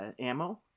ammo